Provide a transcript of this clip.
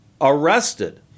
arrested